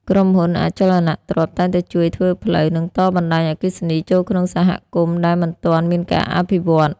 ក្រុមហ៊ុន អចលនទ្រព្យ តែងតែជួយធ្វើផ្លូវ និងតបណ្ដាញអគ្គិសនីចូលក្នុងសហគមន៍ដែលមិនទាន់មានការអភិវឌ្ឍន៍។